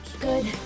Good